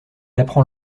apprend